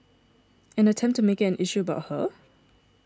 and attempt to make it an issue about her